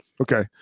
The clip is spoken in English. Okay